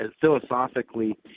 philosophically